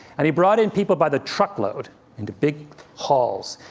and he brought in people by the truckload into big halls.